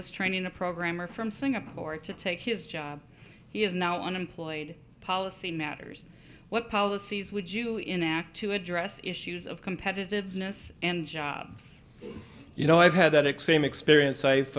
was training a programmer from singapore to take his job he is now unemployed policy matters what policies would you enact to address issues of competitiveness and jobs you know i've had that exam experience i've